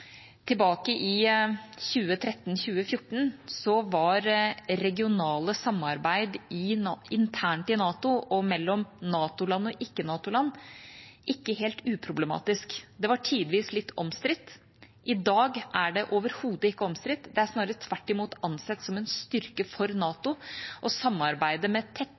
tilbake i 2013/2014 var regionale samarbeid internt i NATO og mellom NATO-land og ikke-NATO-land ikke helt uproblematisk. Det var tidvis litt omstridt. I dag er det overhodet ikke omstridt, det er snarere tvert imot ansett som en styrke for NATO å samarbeide med